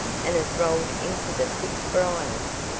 and has rolled into the thick briars.